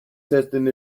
testing